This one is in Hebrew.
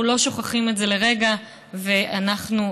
אנחנו לא שוכחים את זה לרגע ואנחנו איתם.